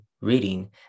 reading